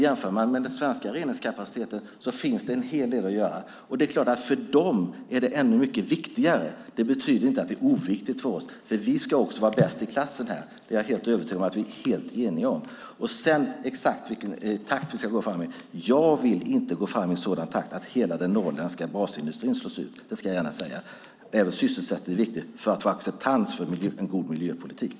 Jämför man med den svenska reningskapaciteten är det klart att det finns en hel del att göra. För dem är det ännu mycket viktigare. Det betyder inte att det är oviktigt för oss, för vi ska också vara bäst i klassen här. Det är jag övertygad om att vi är helt eniga om. När det gäller exakt i vilken takt vi ska gå fram vill jag framhålla att jag inte vill gå fram i sådan takt att hela den norrländska basindustrin slås ut. Det ska jag gärna säga. Även sysselsättning är viktig för att få acceptans för en god miljöpolitik.